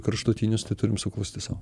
kraštutinius tai turim suklusti sau